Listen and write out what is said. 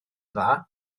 dda